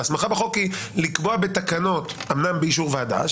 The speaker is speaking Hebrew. והסמכה בחוק היא לקבוע בתקנות אומנם באישור ועדה,